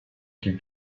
qu’il